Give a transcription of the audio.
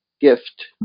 gift